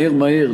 מהר מהר,